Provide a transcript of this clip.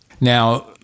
Now